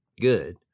good